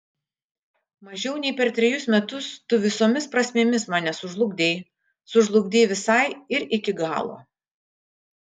mažiau nei per trejus metus tu visomis prasmėmis mane sužlugdei sužlugdei visai ir iki galo